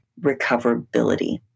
recoverability